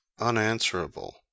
unanswerable